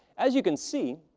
as you can see,